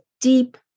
deep